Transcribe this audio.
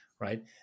right